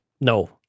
No